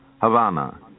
Havana